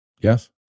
Yes